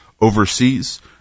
overseas